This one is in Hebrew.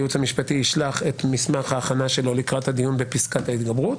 הייעוץ המשפטי ישלח את מסמך ההכנה שלו לקראת הדיון בפסקת ההתגברות,